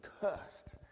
cursed